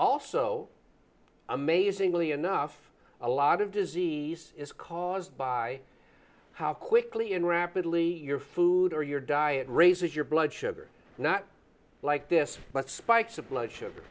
also amazingly enough a lot of disease is caused by how quickly and rapidly your food or your diet raises your blood sugar not like this but spikes of blood sugar